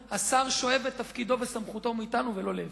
השר שואב את תפקידו ואת סמכותו מאתנו ולא להיפך.